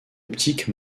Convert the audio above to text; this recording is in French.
optiques